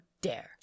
dare